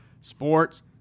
sports